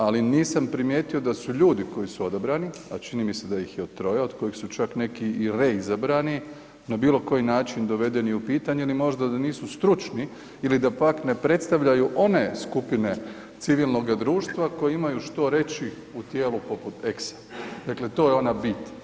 Ali nisam primijetio da su ljudi koji su odabrani, a čini mi se da ih je troje od kojih su čak neki i reizabrani na bilo koji način dovedeni u pitanje ili možda da nisu stručni ili da pak ne predstavljaju one skupine civilnoga društva koje imaju što reći u tijelu poput EGSO-a, to je ona bit.